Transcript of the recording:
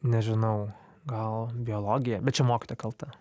nežinau gal biologija bet čia mokytoja kalta